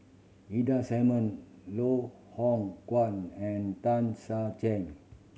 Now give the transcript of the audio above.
Ida Simmon Loh Hoong Kwan and Tan Ser Chen